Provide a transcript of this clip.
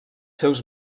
seus